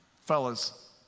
Fellas